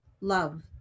love